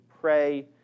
pray